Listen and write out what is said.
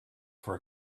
for